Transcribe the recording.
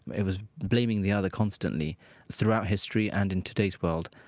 it was blaming the other constantly throughout history and in today's world.